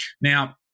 now